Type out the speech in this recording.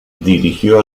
dirigió